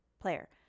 player